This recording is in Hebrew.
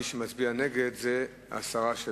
מי שמצביע נגד זה הסרה.